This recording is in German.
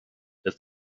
dass